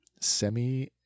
semi